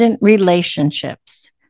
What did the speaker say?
relationships